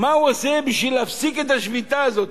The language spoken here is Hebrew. בשביל להפסיק את השביתה הזאת?